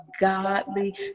godly